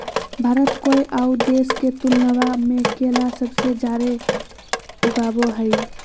भारत कोय आउ देश के तुलनबा में केला सबसे जाड़े उगाबो हइ